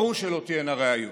ברור שלא תהיינה ראיות.